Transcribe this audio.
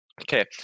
Okay